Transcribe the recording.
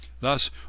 Thus